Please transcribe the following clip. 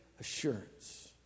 assurance